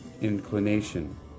inclination